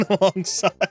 alongside